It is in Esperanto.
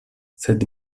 sed